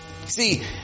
See